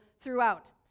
throughout